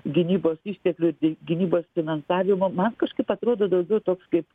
gynybos išteklių ir dei gynybos finansavimo man kažkaip atrodo daugiau toks kaip